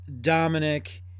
Dominic